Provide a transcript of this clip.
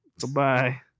Goodbye